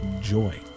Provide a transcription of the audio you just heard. Joy